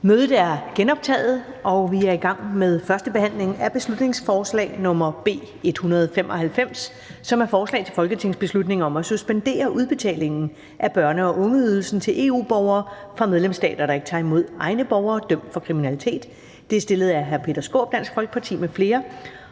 Det næste punkt på dagsordenen er: 6) 1. behandling af beslutningsforslag nr. B 195: Forslag til folketingsbeslutning om at suspendere udbetalingen af børne- og ungeydelse til EU-borgere fra medlemsstater, der ikke tager imod egne borgere dømt for kriminalitet. Af Peter Skaarup (DF) m.fl.